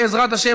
בעזרת השם,